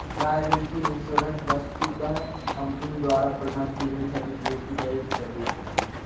liability insurance वस्तुतः company द्वारा प्रदान की गई क्षतिपूर्ति का एक स्वरूप है